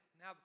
Now